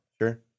Sure